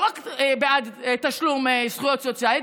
לא רק בעד תשלום זכויות סוציאליות,